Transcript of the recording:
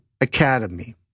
academy